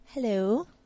Hello